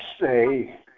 say